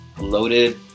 loaded